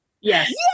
Yes